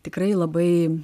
tikrai labai